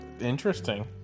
Interesting